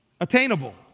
Attainable